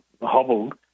hobbled